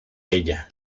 ella